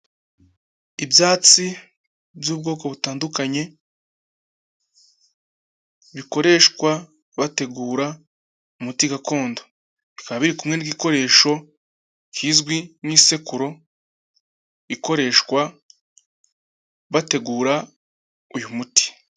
Ibyatsi by'ubwoko butandukanye, bikoreshwa bategura umuti gakondo, bikaba biri kumwe n'igikoresho kizwi nk'isekuru ikoreshwa bategura uyu muti.